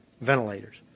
ventilators